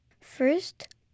First